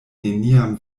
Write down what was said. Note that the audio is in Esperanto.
neniam